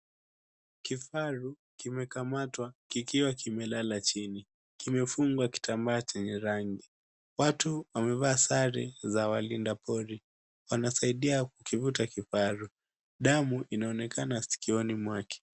Kifaru kimekamatwa kikiwa kimelala chini. Kimefungwa kitambaa chenye rangi. Watu wamevaa sare za walinda pori. Wanasaidia kukivuta kifaru. Damu inaonekana sikioni mwake.